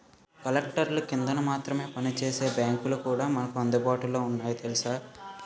కలెక్టర్ల కిందన మాత్రమే పనిచేసే బాంకులు కూడా మనకు అందుబాటులో ఉన్నాయి తెలుసా